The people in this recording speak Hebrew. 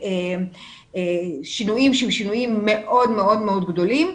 ושינויים שהם שינויים מאוד-מאוד גדולים,